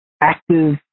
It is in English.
active